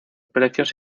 precios